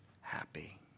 happy